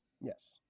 Yes